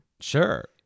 Sure